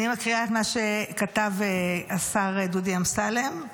אני מקריאה את מה שכתב השר דודי אמסלם.